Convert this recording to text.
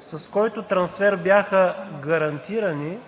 с който трансфер бяха гарантирани